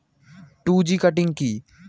Two G cutting কি?